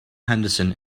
henderson